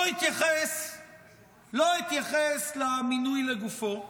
לא אתייחס למינוי לגופו,